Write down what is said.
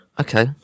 Okay